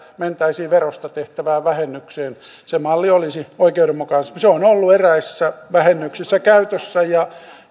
mentäisiin verosta tehtävään vähennykseen se malli olisi oikeudenmukainen se on ollut eräissä vähennyksissä käytössä ja